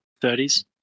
30s